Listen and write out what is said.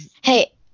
Hey